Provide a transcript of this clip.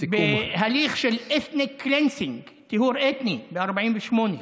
בהליך של ethnic cleansing, טיהור אתני, ב-48'.